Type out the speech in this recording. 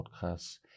podcast